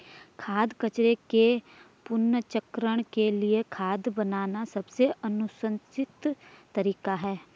खाद्य कचरे के पुनर्चक्रण के लिए खाद बनाना सबसे अनुशंसित तरीका है